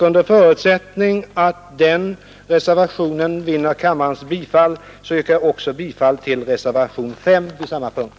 Under förutsättning att den reservationen vinner kammarens anslutning, yrkar jag bifall också till reservationen 5 under samma punkt.